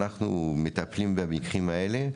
אנחנו מטפלים במקרים האלה.